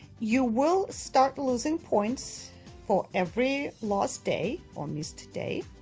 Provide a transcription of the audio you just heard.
you will start losing points for every lost day, or missed day,